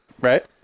Right